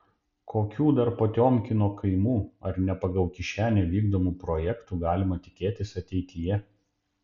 kokių dar potiomkino kaimų ar ne pagal kišenę vykdomų projektų galima tikėtis ateityje